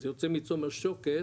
זה יוצא מצומת שוקת,